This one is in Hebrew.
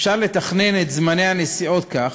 אפשר לתכנן את זמני הנסיעות כך